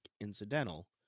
incidental